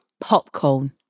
popcorn